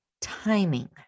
timing